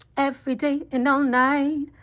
every day and all night,